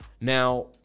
Now